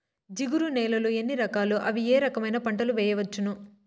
జిగురు నేలలు ఎన్ని రకాలు ఏ రకమైన పంటలు వేయవచ్చును?